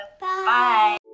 bye